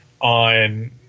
on